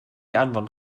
anfon